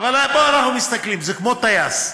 אבל פה אנחנו מסתכלים, זה כמו טייס.